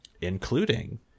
Including